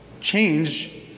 change